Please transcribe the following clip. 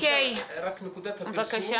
אם אפשר, רק נקודת הפרסום.